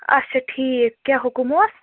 اچھا ٹھیٖک کیٛاہ حُکُم اوس